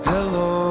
Hello